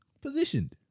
positioned